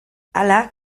hala